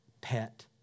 pet